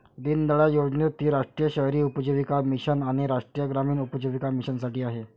दीनदयाळ योजनेत ती राष्ट्रीय शहरी उपजीविका मिशन आणि राष्ट्रीय ग्रामीण उपजीविका मिशनसाठी आहे